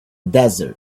desert